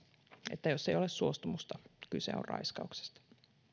että jos ei ole suostumusta kyse on raiskauksesta